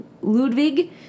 Ludwig